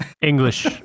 English